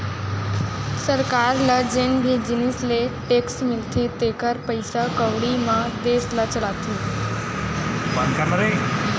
सरकार ल जेन भी जिनिस ले टेक्स मिलथे तेखरे पइसा कउड़ी म देस ल चलाथे